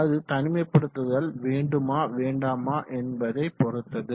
அது தனிமைப்படுத்துதல் வேண்டுமா வேண்டாமா என்பதை பொறுத்தது